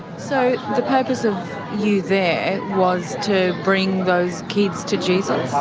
so the purpose of you there was to bring those kids to jesus?